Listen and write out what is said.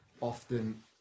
often